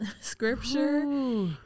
scripture